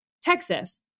Texas